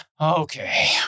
okay